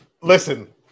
listen